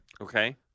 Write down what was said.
Okay